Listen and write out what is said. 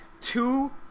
two